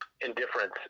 indifference